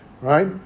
Right